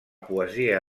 poesia